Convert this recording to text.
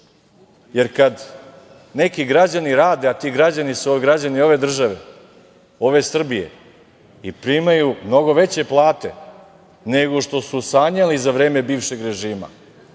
Kada neki građani rade, a ti građani su građani ove države, ove Srbije i primaju mnogo veće plate, nego što su sanjali za vreme bivšeg režima,